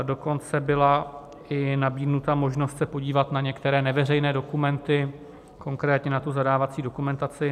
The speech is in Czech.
Dokonce byla nabídnuta možnost se podívat na některé neveřejné dokumenty, konkrétně na zadávací dokumentaci.